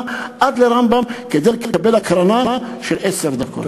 עד לרמב"ם כדי לקבל הקרנה של עשר דקות.